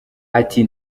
ati